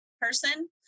person